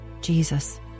Jesus